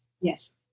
Yes